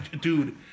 dude